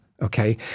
Okay